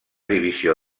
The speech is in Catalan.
divisió